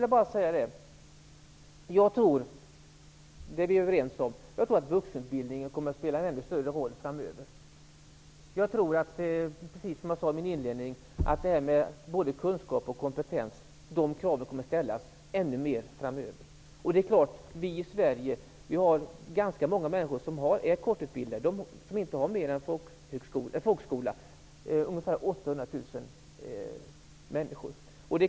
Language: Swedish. Jag tror också att vuxenutbildningen kommer att spela än ännu större roll i framtiden. Det är vi överens om. Jag tror att kraven på både kunskap och kompetens, precis som jag sade i mitt inledningsanförande, kommer att vara ännu högre framöver. I Sverige finns det ganska många människor som är kortutbildade. De har bara folkskoleutbildning. Det rör sig om ungefär 800 000 människor.